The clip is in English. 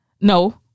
No